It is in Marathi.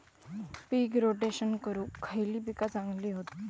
पीक रोटेशन करूक खयली पीका चांगली हत?